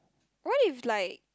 what if like